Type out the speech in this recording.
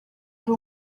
hari